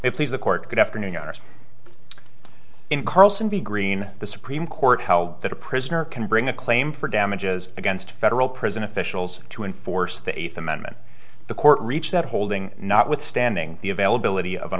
is the court that afternoon ours in carlson be green the supreme court held that a prisoner can bring a claim for damages against federal prison officials to enforce the eighth amendment the court reached that holding notwithstanding the availability of an